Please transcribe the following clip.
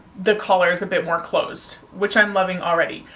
the collar is a bit more closed which i'm loving already.